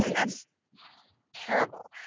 that's terrible.